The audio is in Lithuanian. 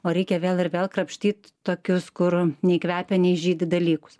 o reikia vėl ir vėl krapštyt tokius kur nei kvepia nei žydi dalykus